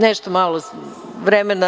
Nešto malo vremena.